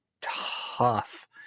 tough